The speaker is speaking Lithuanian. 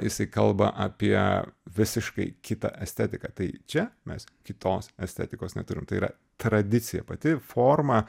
jisai kalba apie visiškai kitą estetiką tai čia mes kitos estetikos neturim tai yra tradicija pati forma